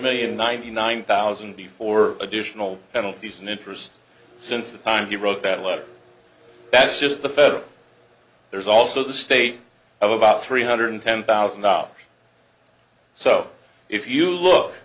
million ninety nine thousand before additional penalties and interest since the time he wrote that letter that's just the feds there's also the state of about three hundred ten thousand dollars so if you look